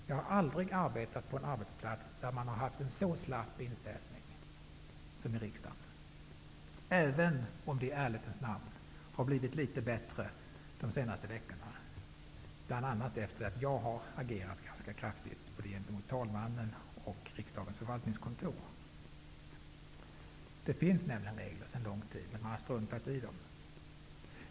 Jag har aldrig arbetat på en arbetsplats där man har haft så slapp inställning som är fallet i riksdagen. I ärlighetens namn skall jag dock säga att det har blivit litet bättre under de senaste veckorna, bl.a. sedan jag agerat ganska kraftigt gentemot både talmannen och riksdagens förvaltningskontor. Det finns nämligen regler sedan lång tid tillbaka, men man har struntat i dem.